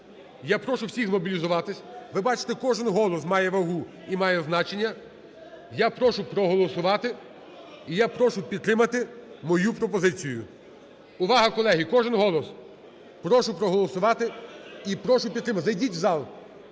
Я прошу всіх змобілізуватись, ви бачите, кожен голос має вагу і має значення. Я прошу проголосувати і я прошу підтримати мою пропозицію. Увага, колеги, кожен голос. Прошу проголосувати і прошу підтримати. Зайдіть в зал!